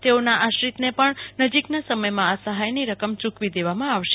તેઓના આશ્રિતને પણ નજીકના સમયમાં આ સહાયની રકમ યુકવી દેવામાં આવશે